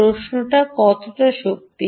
প্রশ্ন কত শক্তি